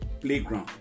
playground